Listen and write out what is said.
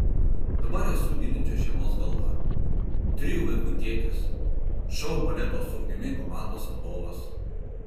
dabar esu mylinčios šeimos galva trijų vaikų tėtis šou baleto su ugnimi komandos vadovas